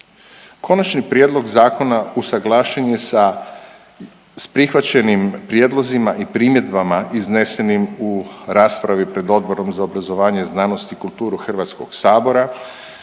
Konačni prijedlog zakona usuglašen je sa prihvaćenim prijedlozima i primjedbama iznesenim u raspravi pred Odborom za obrazovanje, znanost i kulturu Hrvatskog sabora i